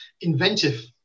inventive